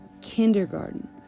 kindergarten